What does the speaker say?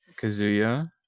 Kazuya